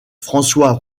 françois